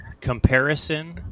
comparison